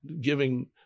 giving